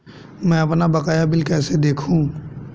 मैं अपना बकाया बिल कैसे देखूं?